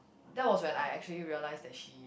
that was when I actually realise that she